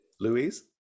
Louise